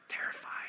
terrified